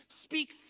Speak